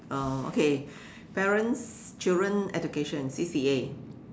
uh okay parents children education C_C_A